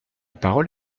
parole